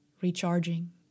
recharging